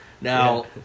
Now